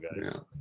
guys